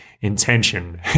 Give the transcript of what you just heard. intention